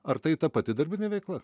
ar tai ta pati darbinė veikla